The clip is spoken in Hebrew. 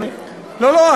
לא, לא.